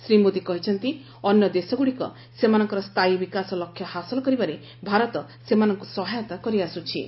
ଶ୍ରୀ ମୋଦୀ କହିଛନ୍ତି ଅନ୍ୟ ଦେଶଗୁଡ଼ିକ ସେମାନଙ୍କର ସ୍ଥାୟୀ ବିକାଶ ଲକ୍ଷ୍ୟ ହାସଲ କରିବାରେ ଭାରତ ସେମାନଙ୍କୁ ସହାୟତା କରିଆସ୍କ୍ରି